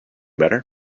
better